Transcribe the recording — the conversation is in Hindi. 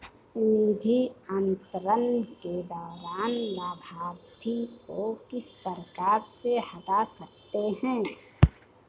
निधि अंतरण के दौरान लाभार्थी को किस प्रकार से हटा सकते हैं?